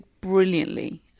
brilliantly